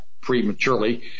prematurely